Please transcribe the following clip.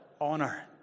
honor